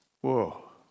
Whoa